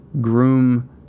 groom